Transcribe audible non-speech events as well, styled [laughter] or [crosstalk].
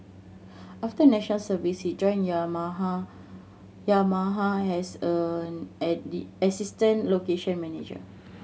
after National Service he joined Yamaha Yamaha as a [unintelligible] assistant location manager